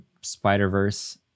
spider-verse